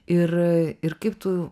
ir ir kaip tu